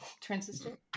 Transistor